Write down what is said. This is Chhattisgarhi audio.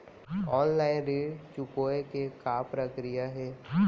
ऑनलाइन ऋण चुकोय के का प्रक्रिया हे?